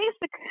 basic